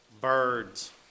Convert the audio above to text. birds